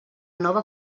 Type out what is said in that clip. nova